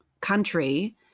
country